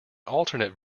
alternate